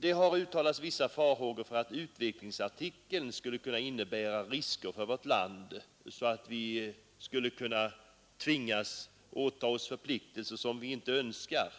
Det har uttalats vissa farhågor för att utvecklingsartikeln skulle kunna innebära risker för vårt land, så att vi skulle kunna tvingas åta oss förpliktelser som vi inte önskar.